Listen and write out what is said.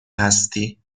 هستی